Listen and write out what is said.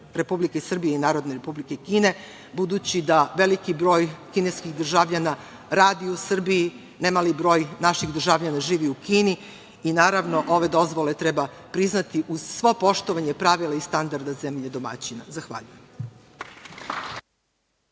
Republike Srbije i Narodne Republike Kine, budući da veliki broj kineskih državljana radi u Srbiji. Nemali broj naših državljana živi u Kini i, naravno, ove dozvole treba priznati uz svo poštovanje pravila i standarda zemlje domaćina. Zahvaljujem.